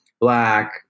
Black